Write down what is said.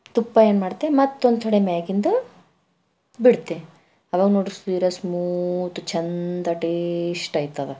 ತುಪ್ಪ ಏನು ಮಾಡ್ತೆ ಮತ್ತೊಂದು ಕಡೆ ಮೇಲಿಂದ ಬಿಡ್ತೆ ಅವಾಗ ನೋಡ್ರಿ ಸೀರಾ ಸ್ಮೂತ್ ಚೆಂದ ಟೇಸ್ಟ್ ಆಯ್ತದ